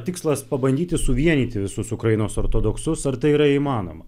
tikslas pabandyti suvienyti visus ukrainos ortodoksus ar tai yra įmanoma